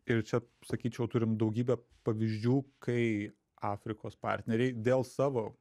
ir čia sakyčiau turim daugybę pavyzdžių kai afrikos partneriai dėl savo